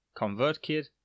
ConvertKit